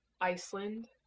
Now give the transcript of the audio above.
Iceland